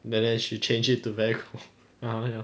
then then she change it to very cold